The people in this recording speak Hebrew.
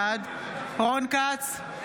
בעד רון כץ,